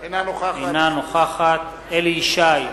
אינה נוכחת אליהו ישי,